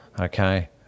okay